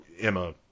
Emma